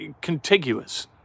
contiguous